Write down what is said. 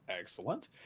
Excellent